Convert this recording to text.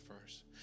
first